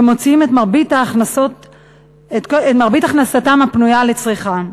שמוציאות את מרבית הכנסתן הפנויה לצריכה.